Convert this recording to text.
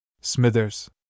Smithers